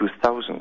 2000